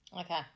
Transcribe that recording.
okay